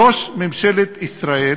ראש ממשלת ישראל